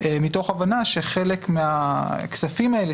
מתוך הבנה שחלק מהכספים הללו